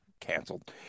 canceled